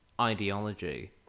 ideology